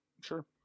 Sure